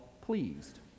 pleased